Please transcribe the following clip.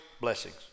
blessings